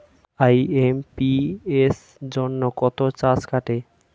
IMPS জন্য কত charge কাটে?